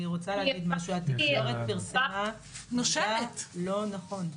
התקשורת פרסמה מידע לא נכון.